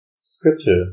scripture